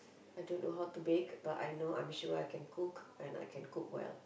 I don't know how to bake but I know I'm sure I can cook and I can cook well